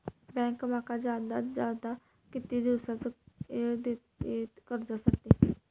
Bank माका जादात जादा किती दिवसाचो येळ देयीत कर्जासाठी?